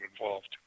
involved